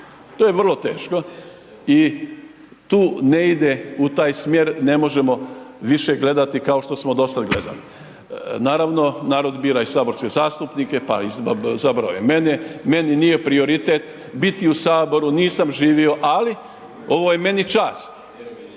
to je vrlo teško i tu ne ide, u taj smjer ne možemo više gledati kao što smo dosad gledali. Naravno narod bira i saborske zastupnike pa i izbrao je i mene, meni nije prioritet biti u Saboru, nisam živio ali ovo je meni čast.